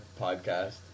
podcast